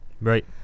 right